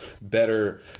better